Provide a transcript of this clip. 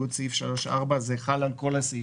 לסעיף 3(א)(4)" זה חל על כל הסעיף.